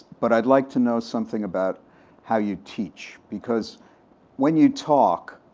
but i'd like to know something about how you teach, because when you talk,